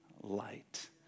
light